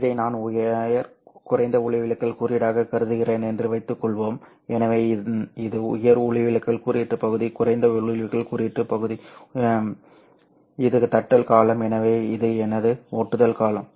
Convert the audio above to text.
இதை நான் உயர் குறைந்த ஒளிவிலகல் குறியீடாக கருதுகிறேன் என்று வைத்துக்கொள்வோம் எனவே இது உயர் ஒளிவிலகல் குறியீட்டு பகுதி குறைந்த ஒளிவிலகல் குறியீட்டு பகுதி இது தட்டுதல் காலம் எனவே இது எனது ஒட்டுதல் காலம்